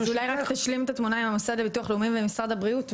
אולי רק תשלים את התמונה עם המוסד לביטוח לאומי ומשרד הבריאות,